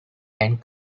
and